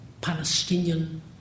Palestinian